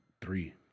three